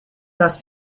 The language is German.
dass